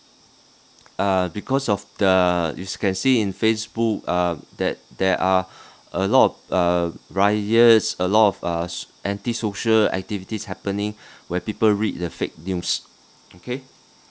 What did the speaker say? uh because of the as you can see in facebook uh that there are a lot of uh riots a lot of uh so~ antisocial activities happening where people read the fake news okay